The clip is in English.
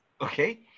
okay